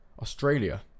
Australia